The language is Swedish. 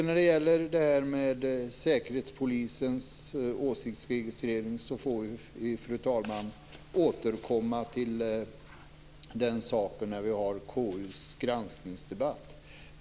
När det sedan gäller Säkerhetspolisens åsiktsregistrering, fru talman, får vi återkomma till den saken när vi har KU:s granskningsdebatt.